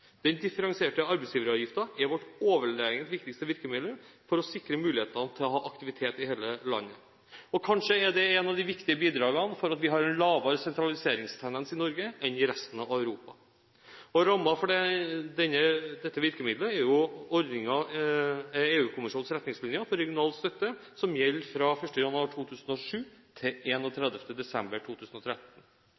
Den differensierte arbeidsgiveravgiften er vårt overlegent viktigste virkemiddel for å sikre muligheten til å ha aktivitet i hele landet, og kanskje er det et av de viktige bidragene til at vi har en lavere sentraliseringstendens i Norge enn det resten av Europa har. Rammen for dette virkemiddelet er EU-kommisjonens retningslinjer for regional støtte, som gjelder fra 1. januar 2007 til